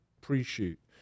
pre-shoot